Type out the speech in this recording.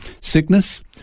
sickness